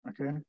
okay